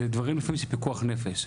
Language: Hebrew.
זה דברים לפעמים של פיקוח נפש.